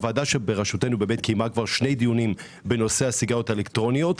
הוועדה בראשותנו קיימה שני דיונים בנושא הסיגריות האלקטרוניות.